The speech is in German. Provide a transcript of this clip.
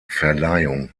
verleihung